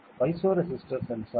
piezo resistive sensor